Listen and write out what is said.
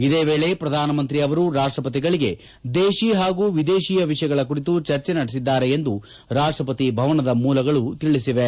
ಇದೇ ವೇಳೆ ಪ್ರಧಾನಮಂತ್ರಿ ಅವರು ರಾಷ್ಟಪತಿಗಳಿಗೆ ದೇಶಿ ಹಾಗೂ ವಿದೇಶಿಯ ವಿಷಯಗಳ ಕುರಿತು ಚರ್ಚಿ ನಡೆಸಿದ್ದಾರೆ ಎಂದು ರಾಷ್ಟಪತಿ ಭವನದ ಮೂಲಗಳು ತಿಳಿಸಿವೆ